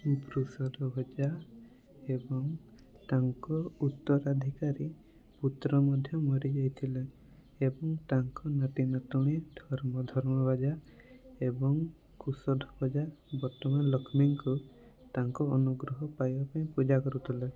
ବୃଷଧବଜା ଏବଂ ତାଙ୍କ ଉତ୍ତରାଧିକାରୀପୁତ୍ର ମଧ୍ୟ ମରିଯାଇଥିଲେ ଏବଂ ତାଙ୍କ ନାତିନାତୁଣୀ ଧର୍ମ ଧର୍ମଭାଜା ଏବଂ କୁଶଧବଜା ବର୍ତ୍ତମାନ ଲକ୍ଷ୍ମୀଙ୍କୁ ତାଙ୍କ ଅନୁଗ୍ରହ ପାଇବା ପାଇଁ ପୂଜା କରୁଥିଲେ